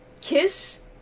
Kiss